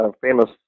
famous